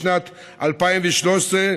בשנת 2013,